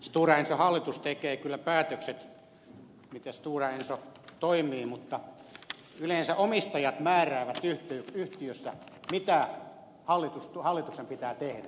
stora enson hallitus tekee kyllä päätökset siitä miten stora enso toimii mutta yleensä omistajat määräävät yhtiössä mitä hallituksen pitää tehdä